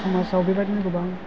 समाजाव बेबायदिनो गोबां